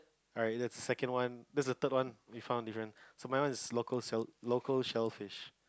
alright the second one that's the third one we found different somewhere else is local sell local shellfish